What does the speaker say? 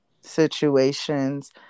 situations